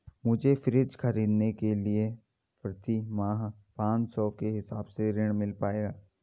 मुझे फ्रीज खरीदने के लिए प्रति माह पाँच सौ के हिसाब से ऋण मिल पाएगा?